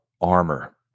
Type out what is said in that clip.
armor